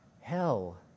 hell